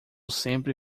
sempre